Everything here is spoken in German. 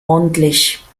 ordentlich